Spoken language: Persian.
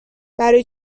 برای